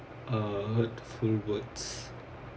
uh hurtful words